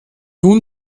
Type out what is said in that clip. nun